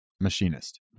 Machinist